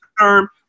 term